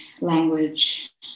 language